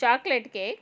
chocolate cake